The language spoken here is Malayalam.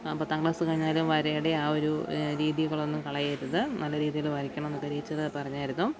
പത്താം ക്ലാസ്സ് കഴിഞ്ഞാലും വരയുടെ ആ ഒരു രീതികളൊന്നും കളയരുത് നല്ല രീതിയിൽ വരയ്ക്കണം എന്നക്കെ ടീച്ചറ് പറഞ്ഞിരുന്നു